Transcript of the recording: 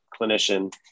clinician